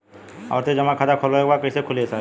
आवर्ती जमा खाता खोलवावे के बा कईसे खुली ए साहब?